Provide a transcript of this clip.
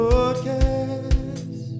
Podcast